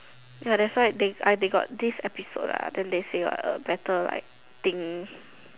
ya that's why they I they got this episode lah then they say what so better like think